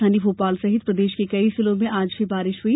राजधानी भोपाल सहित प्रदेश के कई जिलों में आज भी बारिश हुई